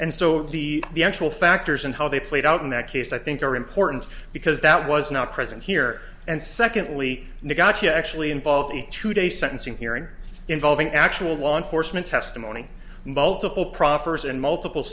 and so the the actual factors and how they played out in that case i think are important because that was not present here and secondly you got to actually involved in today's sentencing hearing involving actual law enforcement testimony multiple proffers and multiple